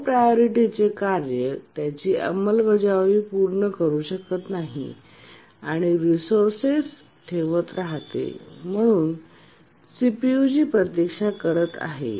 low प्रायोरिटीचे कार्य त्याची अंमलबजावणी पूर्ण करू शकत नाही आणि रिसोर्सेस ठेवत राहते आणि सीपीयूची प्रतीक्षा करत आहे